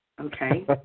okay